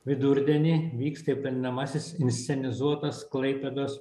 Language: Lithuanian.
vidurdienį vyks taip vadinamasis inscenizuotas klaipėdos